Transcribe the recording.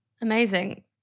Amazing